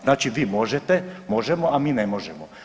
Znači možete, Možemo!, a mi ne možemo.